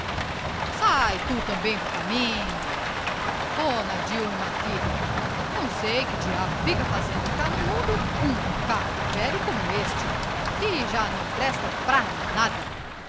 sai tu também do caminho fona de uma figa não sei que diabo fica fazendo cá no mundo um caco velho como este que já não presta pra nada